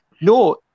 No